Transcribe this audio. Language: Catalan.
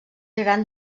gran